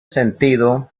sentido